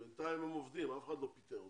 בינתיים הם עובדים, אף אחד לא פיטר אותם.